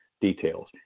details